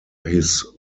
his